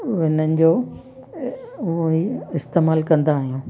इन्हनि जो उहो ई इस्तेमालु कंदा आहियूं